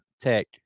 tech